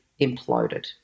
imploded